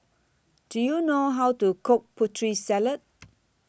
Do YOU know How to Cook Putri Salad